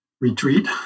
retreat